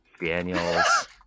Daniel's